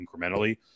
incrementally